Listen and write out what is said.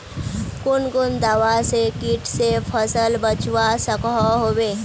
कुन कुन दवा से किट से फसल बचवा सकोहो होबे?